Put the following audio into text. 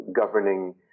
governing